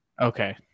Okay